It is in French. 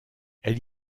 elle